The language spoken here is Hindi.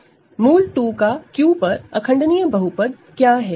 √2 ओवर Q का इररेडूसिबल पॉलीनॉमिनल क्या है